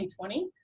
2020